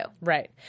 Right